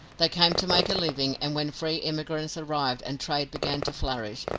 they came to make a living, and when free immigrants arrived and trade began to flourish,